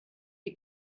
die